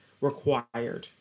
required